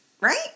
right